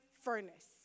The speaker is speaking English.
furnace